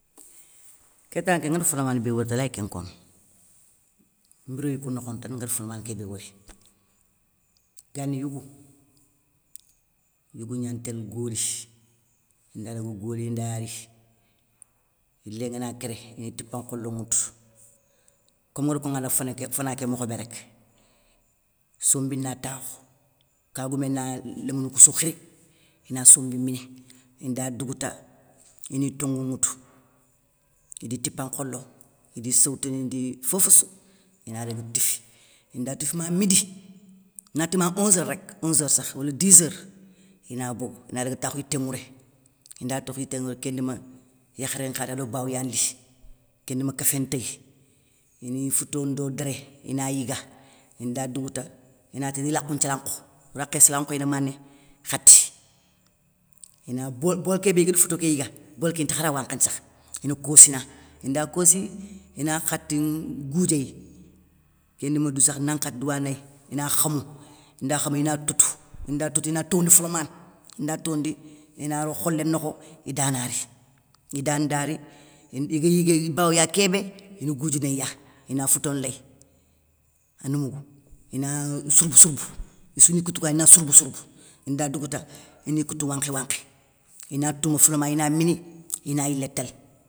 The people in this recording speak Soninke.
Kéta nké, ngari folamané bé wori ta lay kén nkono. Mbiréyou kou nokho tane nguéri fo lamané ké bé wori. Gani yigou, yigou gnatél goli, indadaga goli. inda ri, yilé ngana kéré, ini tipa nkholoun ŋwoutou kom nguér konŋa danŋa fana ké mokhobé rek, sombi na takhou, kagoumé na lémounou koussou khiri, ina sombi mini, inda dougouta, ini tongou nŋwoutou idi tipa nkholo, idi sowtani ndi fofossou, inadaga tifi, inda tifi ma midi, nati ma onzeur rek, onzeur sakh wala diseur, ina bogou inadaga takhou yité nŋwouré, inda daga takhou yité nŋwouré, kén ndima yakhaté nkha ri ado bawouya li. kén ndima kéfé ntéy, ini fouto ndo déré ina yiga innda dougouta. ina iri lakhou nthialankhou, rakhé salankhouyé ni mané, khati. Bolou kébé igada fouto ké yiga, bolou ké intakhara wankhini sakhe, ina kossina, indaa kossi, ina khatin goudiéy, kén ndima dou sakh nan nkhati douwanéy, ina, khamou, inda khamou ina tétou, inda tétou, ina towondi folamané, inda towondi, ina ro kholé nokho, ida na ri. Ida nda ri, ine iga yigué bawouya kébé, ini goudjinéya, ina fouto léy, ana mougou, ina sourbou sourbou, issou ni kitoukou ya ina sourbou sourbou, inda dougouta ini kitou wankhi wankhi, ina touma folamané, ina mini, ina yilé tél.